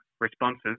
responses